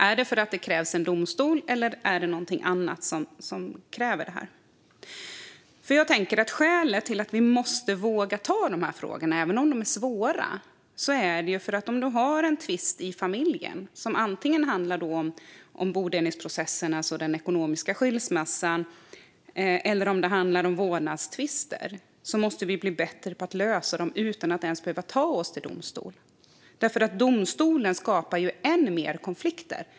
Är det för att det krävs en domstol, eller är det något annat som krävs? Vi måste våga ta i de här frågorna, även om de är svåra. Vi måste bli bättre på att lösa tvister i familjen som antingen handlar om en bodelningsprocess, alltså den ekonomiska skilsmässan, eller om en vårdnadstvist utan att ens behöva ta oss till domstol. Domstolen skapar nämligen än mer konflikter.